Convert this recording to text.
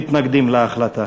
נגד, מתנגדים להחלטה.